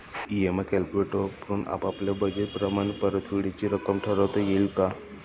EMI calculator वापरून आपापल्या budget प्रमाणे परतफेडीची रक्कम ठरवता येते का?